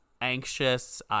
anxious